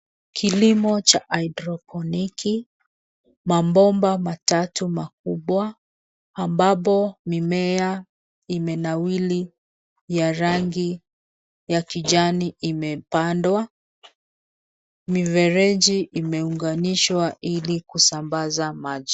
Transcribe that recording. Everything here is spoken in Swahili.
Kilimo cha hydroponiki. Mabomba matatu makubwa, ambapo mimea imenawiri ya rangi ya kijani imepandwa. Mifereji imeunganishwa ili kusambaza maji.